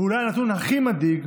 ואולי הנתון הכי מדאיג,